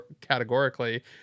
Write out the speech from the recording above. categorically